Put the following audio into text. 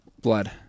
blood